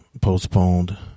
postponed